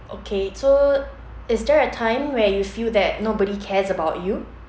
okay so is there a time where you feel that nobody cares about you